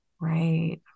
right